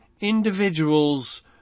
individual's